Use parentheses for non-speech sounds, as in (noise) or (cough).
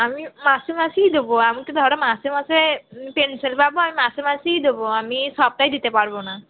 আমি মাসে মাসেই দেবো আমি তো ধরো মাসে মাসে (unintelligible) পেনশান পাব আমি মাসে মাসেই দেবো আমি সপ্তাহে দিতে পারব না